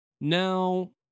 Now